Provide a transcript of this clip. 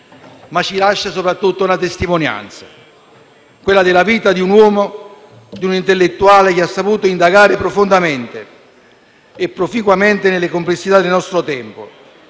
ma ci lascia soprattutto una testimonianza, quella della vita di un uomo, di un intellettuale che ha saputo indagare profondamente e proficuamente nelle complessità del nostro tempo